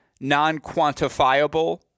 non-quantifiable